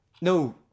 No